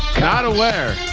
not aware